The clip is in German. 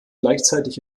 gleichzeitig